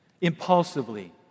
impulsively